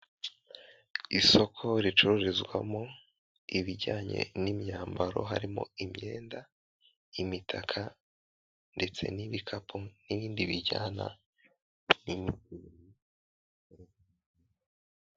Isoko ricururizwamo ibijyanye n'imyambaro harimo imyenda, imitaka, ndetse n'ibikapu n'ibindi bijyana n'inyungu.